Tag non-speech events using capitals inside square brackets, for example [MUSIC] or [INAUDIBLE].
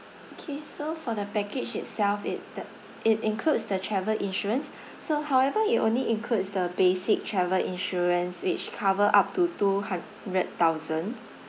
okay so for the package itself it that it includes the travel insurance [BREATH] so however it only includes the basic travel insurance which cover up to two hundred thousand